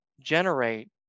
generate